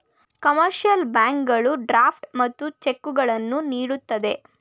commercial ಬ್ಯಾಂಕುಗಳು draft ಮತ್ತು ಚೆಕ್ಕುಗಳನ್ನು ನೀಡುತ್ತದೆ